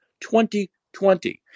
2020